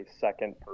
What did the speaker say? second